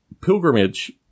pilgrimage